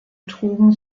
trugen